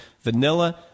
vanilla